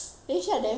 cause right